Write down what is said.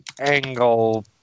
angle